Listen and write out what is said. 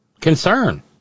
concern